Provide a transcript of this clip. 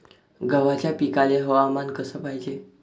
गव्हाच्या पिकाले हवामान कस पायजे?